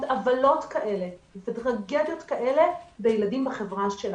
עוולות כאלה וטרגדיות כאלה בילדים בחברה שלנו.